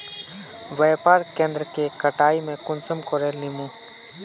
व्यापार केन्द्र के कटाई में कुंसम करे लेमु?